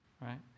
Right